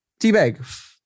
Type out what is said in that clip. teabag